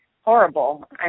Horrible